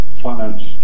finance